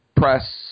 press